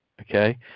Okay